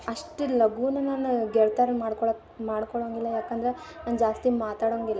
ಅಷ್ಟು ಲಗೂನ ನಾನು ಗೆಳ್ತ್ಯಾರ್ನ ಮಾಡ್ಕೊಳಕ್ಕೆ ಮಾಡ್ಕೊಳ್ಳಂಗಿಲ್ಲ ಯಾಕಂದ್ರೆ ನಾನು ಜಾಸ್ತಿ ಮಾತಾಡೊಂಗಿಲ್ಲ